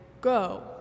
Go